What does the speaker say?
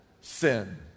sin